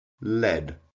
Lead